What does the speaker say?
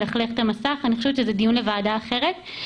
זה דיון לוועדה אחרת.